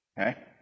Okay